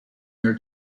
their